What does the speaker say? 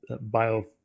bio